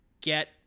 get